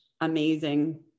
amazing